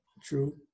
true